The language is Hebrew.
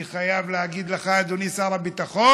אני חייב להגיד לך, אדוני שר הביטחון,